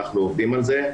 אנחנו עובדים על זה.